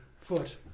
Foot